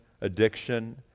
addiction